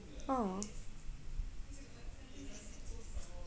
!aww!